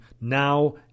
now